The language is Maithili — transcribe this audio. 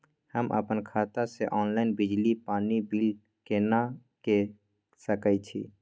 हम अपन खाता से ऑनलाइन बिजली पानी बिल केना के सकै छी?